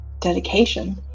dedication